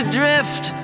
drift